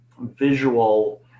visual